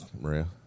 Maria